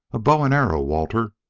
a bow and arrow, walter!